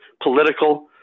political